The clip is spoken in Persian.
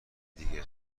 دیگه